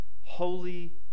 holy